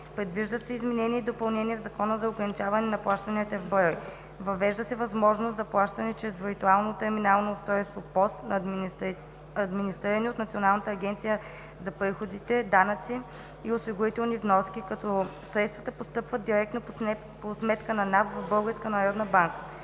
Предвиждат се изменения и допълнения в Закона за ограничаване на плащанията в брой. Въвежда се възможност за плащане чрез виртуално терминално устройство ПОС на администрирани от Националната агенция за приходите данъци и осигурителни вноски, като средствата постъпват директно по сметка на НАП в